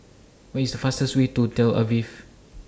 What IS The fastest Way to Tel Aviv